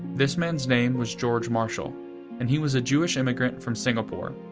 this man's name was george marshall and he was a jewish immigrant from singapore,